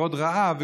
משכורות רעב,